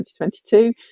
2022